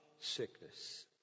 sickness